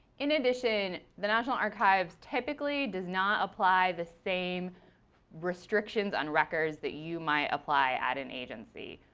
in addition, the national archives typically does not apply the same restrictions on records that you might apply at an agency.